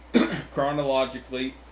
chronologically